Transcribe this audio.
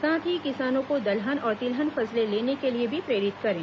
साथ ही किसानों को दलहन और तिलहन फसलें लेने के लिए भी प्रेरित करें